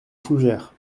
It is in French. fougères